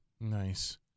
Nice